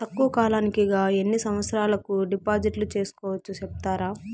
తక్కువ కాలానికి గా ఎన్ని సంవత్సరాల కు డిపాజిట్లు సేసుకోవచ్చు సెప్తారా